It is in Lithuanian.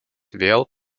vėl